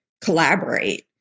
collaborate